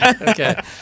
Okay